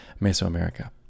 Mesoamerica